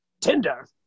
Tinder